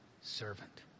servant